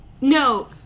no